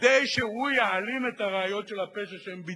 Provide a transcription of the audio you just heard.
כדי שהוא יעלים את הראיות של הפשע שהם ביצעו.